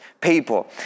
people